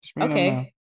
okay